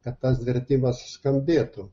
kad tas vertimas skambėtų